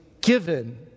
given